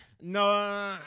No